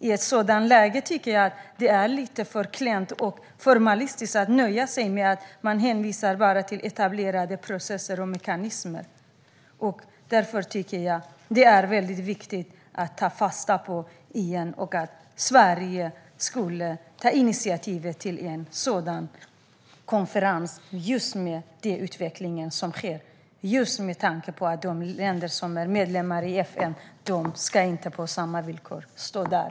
I ett sådant läge tycker jag att det är lite för klent och formalistiskt att nöja sig med att hänvisa till etablerade processer och mekanismer. Därför tycker jag att det är viktigt att ta fasta på FN. Det är viktigt att Sverige tar initiativ till en konferens just med tanke på utvecklingen och det som sker. De länder som är medlemmar i FN ska inte stå där på samma villkor.